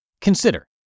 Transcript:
Consider